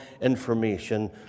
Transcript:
information